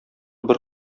бер